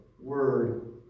word